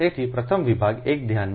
તેથી પ્રથમ વિભાગ 1 ધ્યાનમાં લો